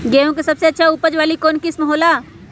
गेंहू के सबसे अच्छा उपज वाली कौन किस्म हो ला?